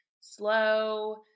Slow